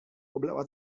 oblała